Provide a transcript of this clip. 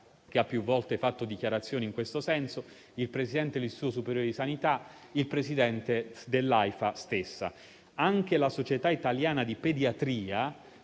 che ha più volte fatto dichiarazioni in tal senso, il presidente dell'Istituto superiore di sanità e il presidente dell'AIFA stessa. Anche la Società italiana di pediatria,